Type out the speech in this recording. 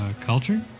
culture